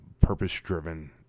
purpose-driven